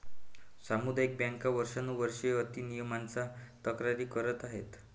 सामुदायिक बँका वर्षानुवर्षे अति नियमनाच्या तक्रारी करत आहेत